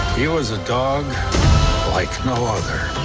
he was a dog like no other.